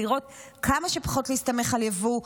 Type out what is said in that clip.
לראות, כמה שפחות להסתמך על יבוא.